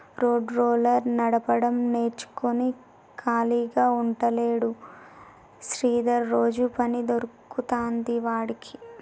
road roller నడపడం నేర్చుకుని ఖాళీగా ఉంటలేడు శ్రీధర్ రోజు పని దొరుకుతాంది వాడికి